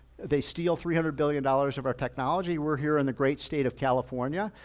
they steal three hundred billion dollars of our technology. we're here in the great state of california.